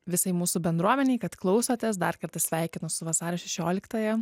visai mūsų bendruomenei kad klausotės dar kartą sveikinu su vasario šešioliktąją